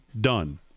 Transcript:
done